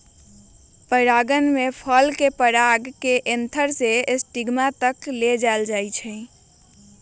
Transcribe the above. परागण में फल के पराग के एंथर से स्टिग्मा तक ले जाल जाहई